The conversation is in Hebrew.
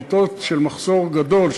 בעתות של מחסור גדול,